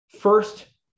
first